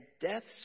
deaths